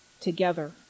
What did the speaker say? together